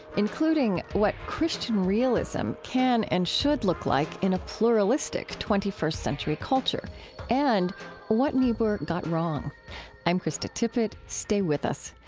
including what christian realism can and should look like in a pluralistic twenty first century culture and what niebuhr got wrong i'm krista tippett. stay with us.